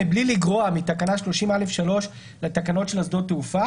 בלי לגרוע מתקנה 30(א)(3) לתקנות של שדות התעופה